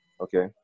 Okay